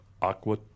aqua